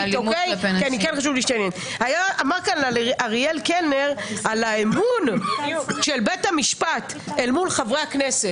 דיבר כאן אריאל קלנר על האמון של בית המשפט אל מול חברי הכנסת.